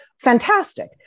Fantastic